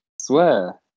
Swear